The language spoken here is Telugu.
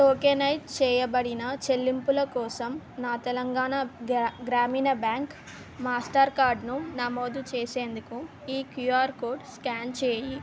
టోకెనైజ్ చేయబడిన చెల్లింపుల కోసం నా తెలంగాణ గ్రా గ్రామీణ బ్యాంక్ మాస్టర్ కార్డును నమోదు చేసేందుకు ఈ క్యూఆర్ కోడ్ స్కాన్ చేయి